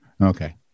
Okay